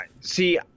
See